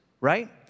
right